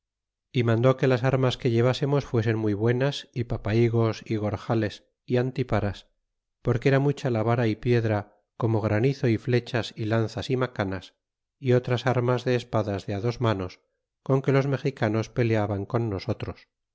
y mandó que las armas que llevásemos fuesen muy buenas y papahigos y gorjales y antiparas porque era mucha la vara y piedra romo granizo y flechas y lanzas y macanas y otras armas de espadas de dos manos con que los mexicanos peleaban con nosotros